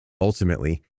Ultimately